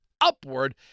upward